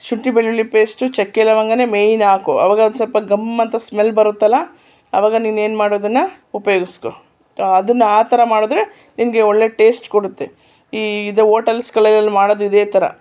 ಶುಂಠಿ ಬೆಳ್ಳುಳ್ಳಿ ಪೇಸ್ಟು ಚಕ್ಕೆ ಲವಂಗನೆ ಮೇನ್ ಹಾಕ್ಕೋ ಅವಾಗ ಒಂದು ಸ್ವಲ್ಪ ಘಮ್ ಅಂತ ಸ್ಮೆಲ್ ಬರುತ್ತಲ್ಲ ಅವಾಗ ನೀನು ಏನು ಮಾಡೋದನ್ನು ಉಪಯೋಗಿಸ್ಕೊ ಅದನ್ನ ಆ ಥರ ಮಾಡಿದ್ರೆ ನಿನಗೆ ಒಳ್ಳೆ ಟೇಸ್ಟ್ ಕೊಡುತ್ತೆ ಈ ಇದೆ ಹೋಟಲ್ಸ್ಗಳಲ್ಲೆಲ್ಲ ಮಾಡೋದು ಇದೇ ಥರ